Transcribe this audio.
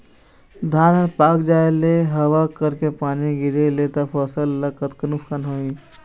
धान हर पाक जाय ले हवा करके पानी गिरे ले त फसल ला कतका नुकसान होही?